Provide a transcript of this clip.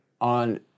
on